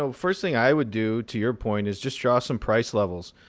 so first thing i would do, to your point, is just draw some price levels.